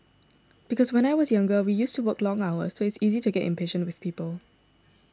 because when I was younger we used to work long hours so it's easy to get impatient with people